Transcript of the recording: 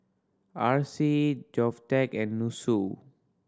R C GovTech and NUSSU